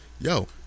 yo